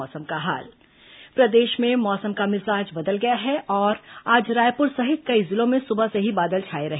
मौसम प्रदेश में मौसम का मिजाज बदल गया है और आज रायपुर सहित कई जिलों में सुबह से ही बादल छाए रहे